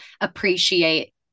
appreciate